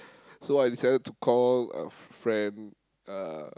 so I decided to call a friend uh